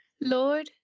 Lord